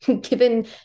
given